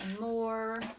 more